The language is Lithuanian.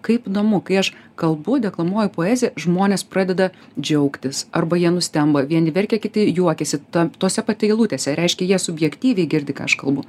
kaip įdomu kai aš kalbu deklamuoju poeziją žmonės pradeda džiaugtis arba jie nustemba vieni verkia kiti juokiasi ta tose pat eilutėse reiškia jie subjektyviai girdi ką aš kalbu